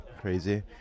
Crazy